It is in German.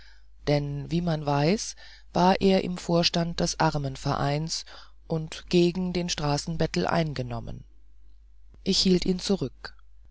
denn wie man weiß war er im vorstand des armenvereins und gegen den straßenbettel eingenommen ich hielt ihn zurück